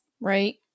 Right